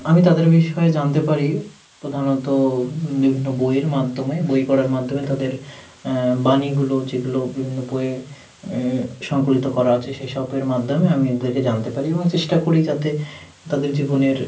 আমি তাদের বিষয় জানতে পারি প্রধানত বিভিন্ন বইয়ের মাধ্যমে বই পড়ার মাধ্যমে তাদের বাণীগুলো যেগুলো বিভিন্ন বইয়ের সংকলিত করা আছে সে সবের মাধ্যমে আমি দেখে জানতে পারি এবং চেষ্টা করি যাতে তাদের জীবনের